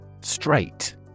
Straight